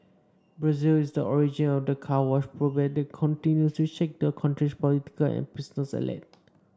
Brazil is the origin of the Car Wash probe that continue to shake that country's political and business elite